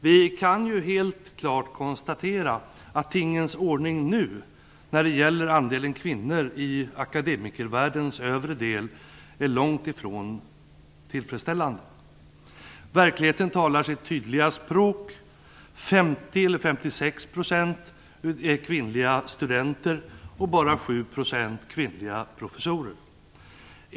Vi kan helt klart konstatera att tingens ordning nu när det gäller andelen kvinnor i akademikervärldens övre del är långt ifrån tillfredsställande. Verkligheten talar sitt tydliga språk. 56 % av de studerande är kvinnliga och bara 7 % kvinnliga professorer.